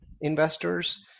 investors